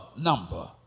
number